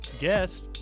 guest